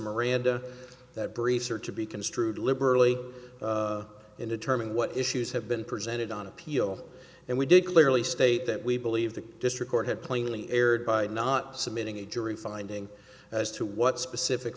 miranda that briefs are to be construed liberally in determining what issues have been presented on appeal and we did clearly state that we believe the district court had plainly erred by not submitting a jury finding as to what specific